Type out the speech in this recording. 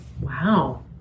Wow